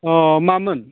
अ मामोन